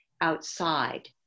outside